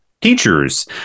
teachers